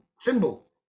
symbol